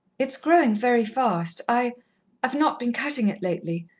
it's growing very fast. i i've not been cutting it lately.